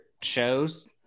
shows